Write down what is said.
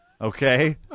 okay